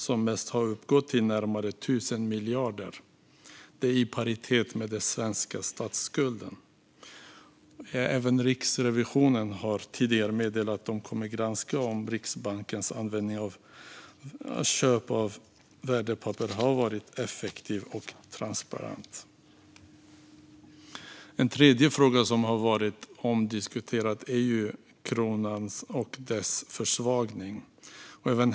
Köpen har uppgått till närmare 1 000 miljarder, vilket är i paritet med den svenska statsskulden. Även Riksrevisionen har tidigare meddelat att man kommer att granska om Riksbankens användning av värdepappersköp har varit effektiv och transparent. En tredje fråga som har varit omdiskuterad är kronan och dess försvagning.